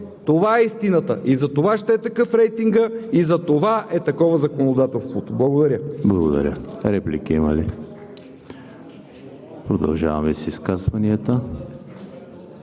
Това е истината. Затова ще е такъв рейтингът и затова е такова законодателството. Благодаря.